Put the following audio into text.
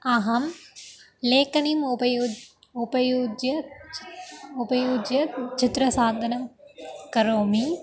अहं लेखनीम् उपयुज उपयुज्य उपयुज्य चित्रसाधनं करोमि